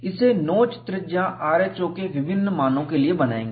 इसे नोच त्रिज्या rho के विभिन्न मानों के लिए बनाएंगे